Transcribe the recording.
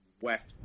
West